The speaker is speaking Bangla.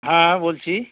হ্যাঁ বলছি